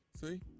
See